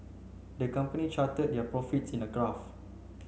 the company charted their profits in a graph